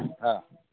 ಹಾಂ